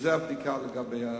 שזו הבדיקה לנגיף,